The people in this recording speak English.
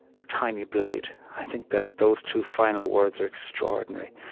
the tiny blade. i think that those two final words are extraordinary,